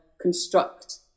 construct